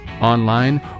online